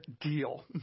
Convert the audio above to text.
deal